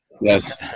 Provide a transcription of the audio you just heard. Yes